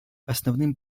основным